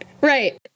right